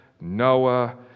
Noah